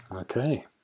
Okay